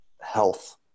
health